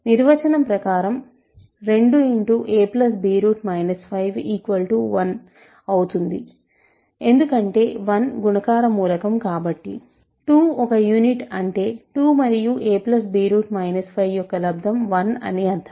నిర్వచనం ప్రకారం 2a b 5 1 అవుతుంది ఎందుకంటే 1 గుణకార మూలకం కాబట్టి 2 ఒక యూనిట్ అంటే 2 మరియు a b 5 యొక్క లబ్దం 1 అని అర్థం